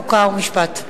חוק ומשפט.